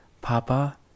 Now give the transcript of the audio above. Papa